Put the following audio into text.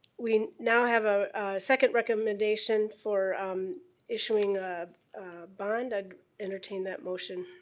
we now have a second recommendation for issuing a bond. i entertain that motion.